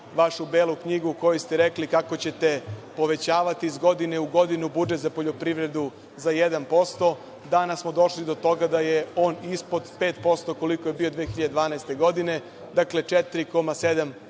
vašu belu knjigu u kojoj ste rekli kako ćete povećavati iz godine u godinu budžet za poljoprivredu za 1%, danas smo došli do toga da je on ispod 5%, koliko je bio 2012. godine, dakle, 4,7%